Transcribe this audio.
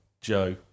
Joe